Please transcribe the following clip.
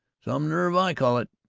some nerve i call it!